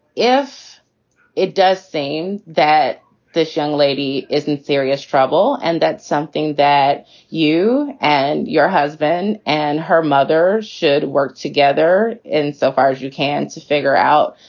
if it does seem that this young lady is in serious trouble and that's something that you and your husband and her mother should work together in so far as you can to figure out.